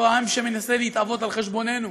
אותו עם שמנסה להתהוות על חשבוננו,